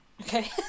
okay